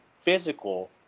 physical